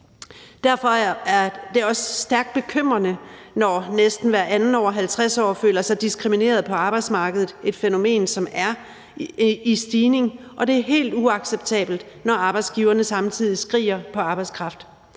Derfor er det også stærkt bekymrende, når næsten hver anden over 50 år føler sig diskrimineret på arbejdsmarkedet – et fænomen, som er i stigning – og det er helt uacceptabelt, når arbejdsgiverne samtidig skriger på arbejdskraft.